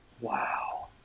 Wow